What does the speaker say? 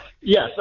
yes